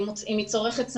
אם היא צורכת סמים,